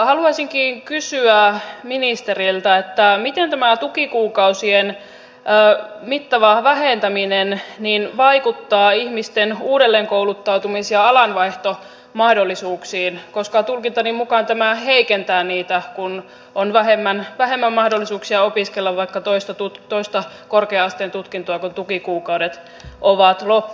haluaisinkin kysyä ministeriltä miten tämä tukikuukausien mittava vähentäminen vaikuttaa ihmisten uudelleenkouluttautumis ja alanvaihtomahdollisuuksiin koska tulkintani mukaan tämä heikentää niitä kun on vähemmän mahdollisuuksia opiskella vaikka toista korkea asteen tutkintoa kun tukikuukaudet ovat loppu